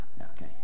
Okay